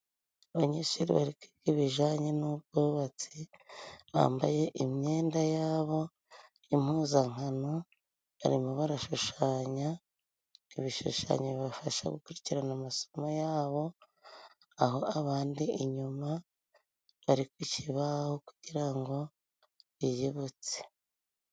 Abanyeshuiri bari kwiga ibijanye n'ubwubatsi, bambaye imyenda yabo y'impuzankano, barimo barashushanya ibishushanyo bibafasha gukurikirana amasomo yabo, aho abandi inyuma bari ku kibaho kugira ngo biyibutse.